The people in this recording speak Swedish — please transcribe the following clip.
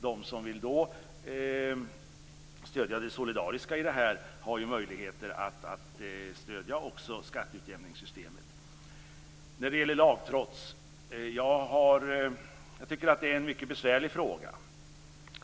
De som då vill stödja det solidariska i det här har ju möjlighet att stödja också skatteutjämningssystemet. Jag tycker att frågan om lagtrots är mycket besvärlig.